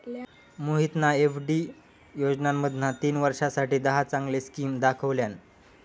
मोहितना एफ.डी योजनांमधना तीन वर्षांसाठी दहा चांगले स्किम दाखवल्यान